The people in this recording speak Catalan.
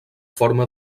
forma